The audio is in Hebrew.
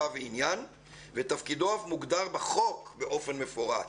ועניין ותפקידו מוגדר בחוק באופן מפורט.